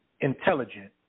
Intelligent